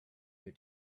you